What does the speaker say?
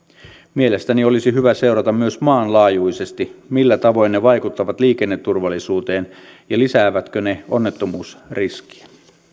mielestäni olisi hyvä seurata myös maanlaajuisesti millä tavoin ne vaikuttavat liikenneturvallisuuteen ja lisäävätkö ne onnettomuusriskiä